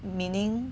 meaning